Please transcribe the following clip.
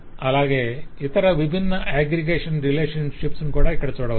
అలాగే ఇతర విభిన్న అగ్రిగేషన్ రిలేషనషిప్స్ ను కూడా ఇక్కడ చూడవచ్చు